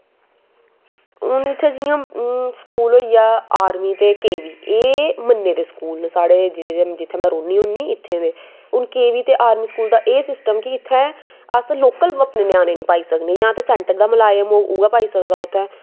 हून इत्थें जियां स्कूल होइया आर्मी ते के बी एह् मन्ने दे स्कूल न जित्थै में रौह्न्नी होन्नी इत्थें दे हून के बी ते आर्मी स्कूल दा एह् सिस्टम की इत्थैं अस लोकल इत्थें ञ्याणे नी पाई सकने जां ते सैंटर दा मलाज़म होग उऐ पाई सकदा उत्थें